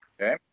Okay